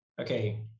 okay